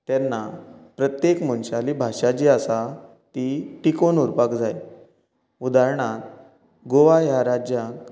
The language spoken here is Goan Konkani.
तेन्ना प्रत्येक मनशाली भाशा जी आसा ती टिकोवन उरपाक जाय उदाहरणांत गोवा ह्या राज्यांत